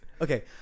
Okay